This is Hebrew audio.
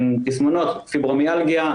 תסמונות פיברומיאלגיה,